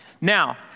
Now